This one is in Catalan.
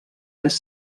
més